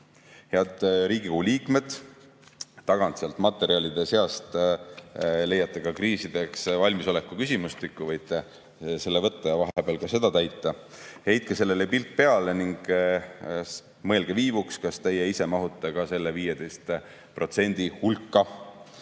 Head Riigikogu liikmed, [saali tagaosas olevate] materjalide seast leiate kriisideks valmisoleku küsimustiku. Võite selle võtta ja vahepeal ka seda täita. Heitke sellele pilk peale ning mõelge viivuks, kas teie ise mahute ka selle 15% hulka.